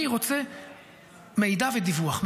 אני רוצה מידע ודיווח.